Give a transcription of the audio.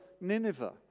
Nineveh